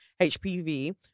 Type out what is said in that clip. HPV